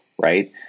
right